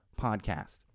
podcast